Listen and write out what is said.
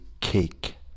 cake